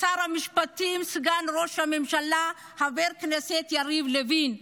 לשר המשפטים, סגן ראש הממשלה חבר הכנסת יריב לוין,